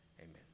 Amen